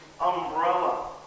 umbrella